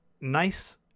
nice